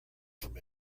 from